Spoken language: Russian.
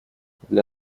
для